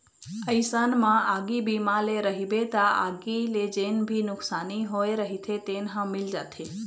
अइसन म आगी बीमा ले रहिबे त आगी ले जेन भी नुकसानी होय रहिथे तेन ह मिल जाथे